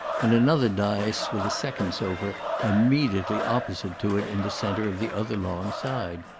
and another dais with a second sofa immediately opposite to it in the centre of the other long side.